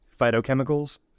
Phytochemicals